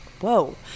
Whoa